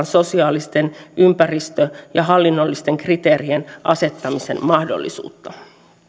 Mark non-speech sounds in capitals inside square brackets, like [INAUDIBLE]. [UNINTELLIGIBLE] sosiaalisten ympäristö ja hallinnollisten kriteerien asettamisen mahdollisuutta